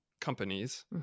companies